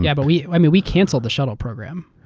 yeah but we we canceled the shuttle program.